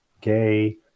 gay